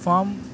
firm